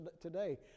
today